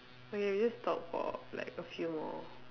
okay we just talk for like a few more